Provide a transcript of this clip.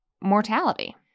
mortality